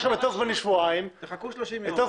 זה גם